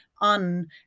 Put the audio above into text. on